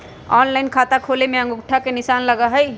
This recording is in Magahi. ऑनलाइन खाता खोले में अंगूठा के निशान लगहई?